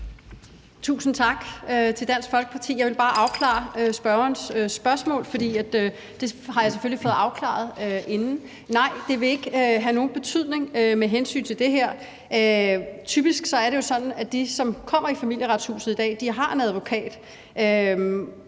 Tusind tak til Dansk Folkeparti. Jeg vil bare komme med en opklaring i forbindelse med ordførerens spørgsmål, for det har jeg selvfølgelig fået afklaret inden. Nej, det vil ikke have nogen betydning for det her. Typisk er det jo sådan, at de, som kommer i Familieretshuset i dag, har en advokat,